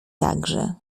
także